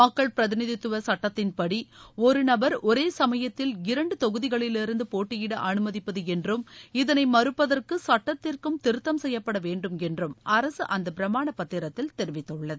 மக்கள் பிரதிநிதித்துவ சட்டத்தின்படி ஒரு நபர் ஒரே சமயத்தில் இரண்டு தொகுதிகளிலிருந்து போட்டியிட அனுமதிப்பது என்றும் இதனை மறுப்பதற்கு சட்டத்திற்கு திருத்தம் செய்யப்பட வேண்டும் என்றும் அரசு அந்த பிரமானப் பத்திரத்தில் தெரிவித்துள்ளது